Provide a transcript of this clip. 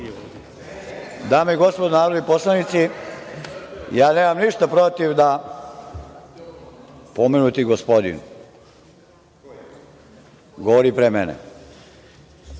Dame i gospodo narodni poslanici, nemam ništa protiv da pomenuti gospodin govori pre mene.